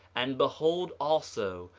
and behold also,